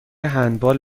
هندبال